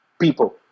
people